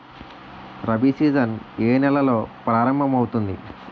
Rabi season ఏ నెలలో ప్రారంభమౌతుంది?